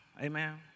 amen